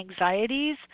anxieties